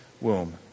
womb